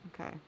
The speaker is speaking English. Okay